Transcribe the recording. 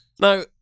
Now